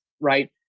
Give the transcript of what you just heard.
right